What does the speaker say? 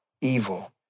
evil